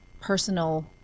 personal